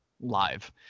live